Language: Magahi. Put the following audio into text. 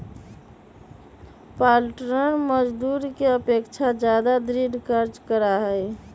पालंटर मजदूर के अपेक्षा ज्यादा दृढ़ कार्य करा हई